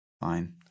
Fine